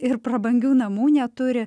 ir prabangių namų neturi